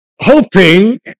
hoping